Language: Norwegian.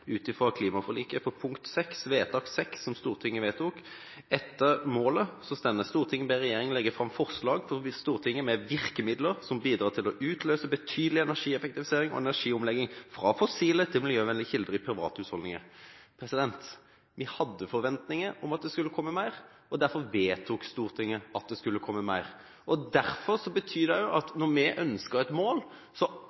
ut fra klimaforliket på vedtak VI, som Stortinget vedtok. Etter målet står det: «Stortinget ber regjeringen legge frem forslag for Stortinget med virkemidler som bidrar til å utløse betydelig energieffektivisering og energiomlegging fra fossile til miljøvennlige kilder i private husholdninger.» Vi hadde forventninger om at det skulle komme mer, og derfor vedtok Stortinget at det skulle komme mer. Derfor betyr det